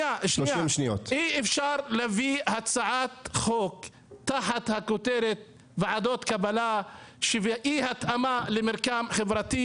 אי אפשר להביא הצעת חוק תחת הכותרת ועדות קבלה ואי התאמה למרקם חברתי.